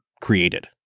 created